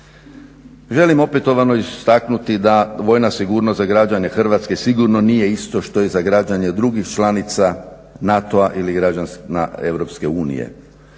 Želim opetovano istaknuti da vojna sigurnost za građane Hrvatske sigurno nije isto što i za građane drugih članica NATO-a ili građana EU.